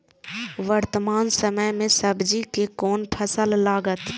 वर्तमान समय में सब्जी के कोन फसल लागत?